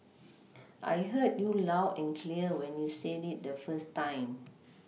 I heard you loud and clear when you said it the first time